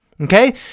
Okay